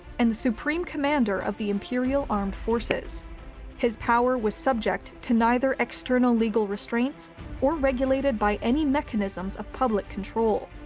and the supreme commander of the imperial armed forces his power was subject to neither external legal restraints or regulated by any mechanisms of public control.